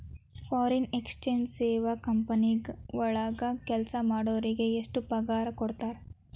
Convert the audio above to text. Foreign exchange ಸೇವಾ company ವಳಗ್ ಕೆಲ್ಸಾ ಮಾಡೊರಿಗೆ ಎಷ್ಟ್ ಪಗಾರಾ ಕೊಡ್ತಾರ?